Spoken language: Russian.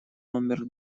номер